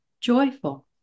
joyful